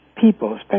people